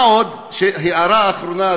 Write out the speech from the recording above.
מה עוד הערה אחרונה,